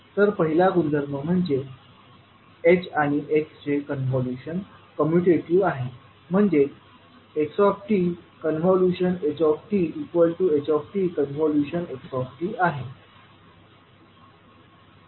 तर पहिला गुणधर्म म्हणजे h आणि x चे कॉन्व्होल्यूशन कम्यूटेटिव्ह आहे म्हणजेच xththtxt आहे